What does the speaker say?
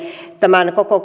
tämän koko